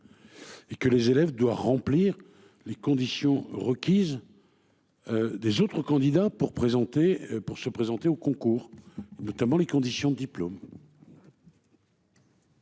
Et que les élèves doit remplir les conditions requises. Des autres candidats, pour présenter pour se présenter au concours. Notamment les conditions diplôme.